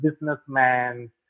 businessmen